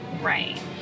Right